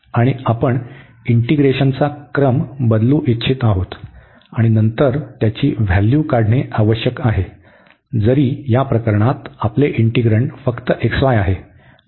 आणि आपण इंटीग्रेशनचा क्रम बदलू इच्छित आहे आणि नंतर त्याची व्हॅल्यू काढणे आवश्यक आहे जरी या प्रकरणात आपले इंटिग्रन्ड फक्त आहे